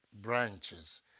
branches